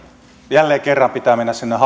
jälleen kerran pitää mennä sinne hallitusohjelmaan ja